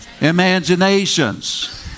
Imaginations